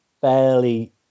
fairly